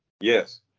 Yes